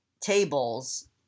Tables